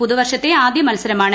പുതുവർഷ്ത്ത ആദ്യ മത്സരമാണ്